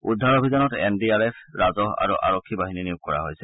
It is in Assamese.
উদ্ধাৰ অভিযানত এন ডি আৰ এফ ৰাজহ আৰু আৰক্ষী বাহিনী নিয়োগ কৰা হৈছে